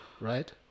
right